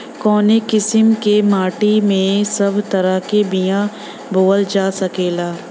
कवने किसीम के माटी में सब तरह के बिया बोवल जा सकेला?